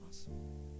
Awesome